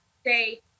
stay